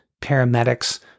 paramedics